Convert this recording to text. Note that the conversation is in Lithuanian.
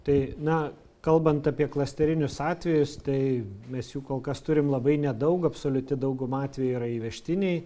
tai na kalbant apie klasterinius atvejus tai mes jų kol kas turim labai nedaug absoliuti dauguma atvejų yra įvežtiniai